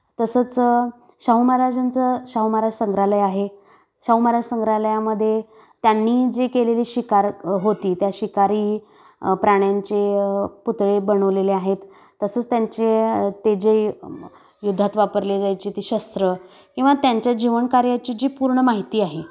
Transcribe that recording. तसंच शाहू महाराजांचं शाहू महाराज संग्रहालय आहे शाहू महाराज संग्रहालयामध्ये त्यांनी जे केलेले शिकार होती त्या शिकारी प्राण्यांचे पुतळे बनवलेले आहेत तसंच त्यांचे ते जे युद्धात वापरले जायचे ती शस्त्र किंवा त्यांच्या जीवन कार्याची जी पूर्ण माहिती आहे